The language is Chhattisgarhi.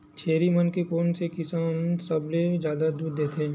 छेरी मन के कोन से किसम सबले जादा दूध देथे?